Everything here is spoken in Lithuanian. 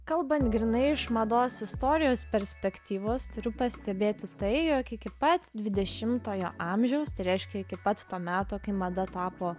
kalbant grynai iš mados istorijos perspektyvos turiu pastebėti tai jog iki pat dvidešimtojo amžiaus tai reiškia iki pat to meto kai mada tapo